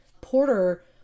Porter